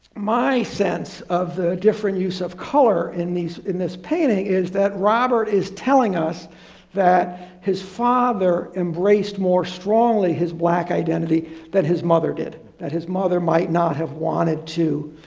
my sense of the different use of color in these in this painting is that robert is telling us that his father embraced more strongly his black identity that his mother did, that his mother might not have wanted to,